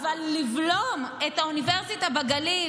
אבל לבלום את האוניברסיטה בגליל,